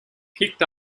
picked